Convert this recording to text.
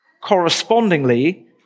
correspondingly